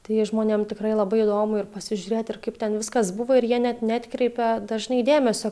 tai žmonėm tikrai labai įdomu ir pasižiūrėt ir kaip ten viskas buvo ir jie net neatkreipia dažnai dėmesio